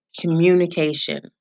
communication